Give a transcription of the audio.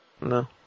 no